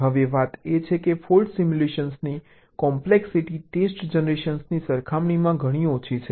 હવે વાત એ છે કે ફોલ્ટ સિમ્યુલેશનની કોમ્પ્લેક્સિટી ટેસ્ટ જનરેશનની સરખામણીમાં ઘણી ઓછી છે